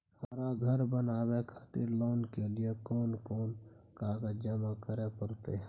हमरा धर बनावे खातिर लोन के लिए कोन कौन कागज जमा करे परतै?